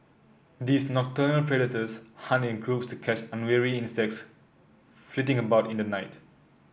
these nocturnal predators hunted in groups to catch unwary insects flitting about in the night